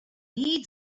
need